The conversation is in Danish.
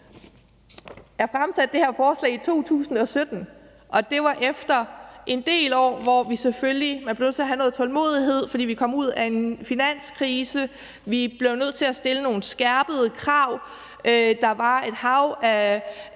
jeg fremsatte det her forslag i 2017! Og det var efter en del år, hvor vi selvfølgelig var nødt til at have noget tålmodighed, fordi vi kom ud af en finanskrise. Vi blev nødt til at stille nogle skærpede krav, og der var et hav af